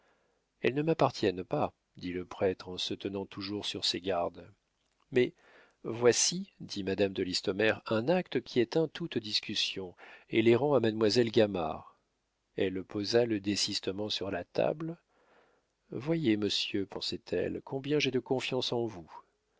elles ne m'appartiennent pas dit le prêtre en se tenant toujours sur ses gardes mais voici dit madame de listomère un acte qui éteint toute discussion et les rend à mademoiselle gamard elle posa le désistement sur la table voyez monsieur pensait-elle combien j'ai de confiance en vous